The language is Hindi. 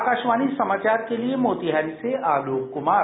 आकाशवाणी समाचार के लिए मोतिहारी से आलोक कुमार